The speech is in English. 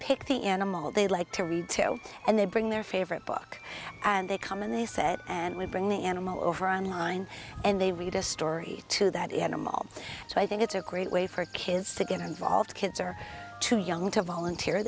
pick the animal they like to read to and they bring their favorite book and they come in the set and we bring the animal over on line and they read a story to that animal so i think it's a great way for kids to get involved kids are too young to volunteer